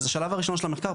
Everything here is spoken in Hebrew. השלב הראשון של המחקר,